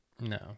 No